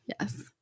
Yes